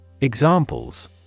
Examples